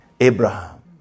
Abraham